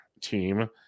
team